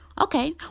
Okay